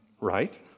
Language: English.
right